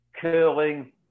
curling